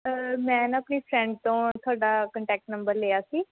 ਮੈਂ ਨਾ ਆਪਣੀ ਫਰੈਂਡ ਤੋਂ ਤੁਹਾਡਾ ਕੰਟੈਕਟ ਨੰਬਰ ਲਿਆ ਸੀ